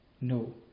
No